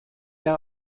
der